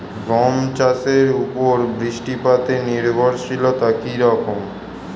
গম চাষের উপর বৃষ্টিপাতে নির্ভরশীলতা কী রকম?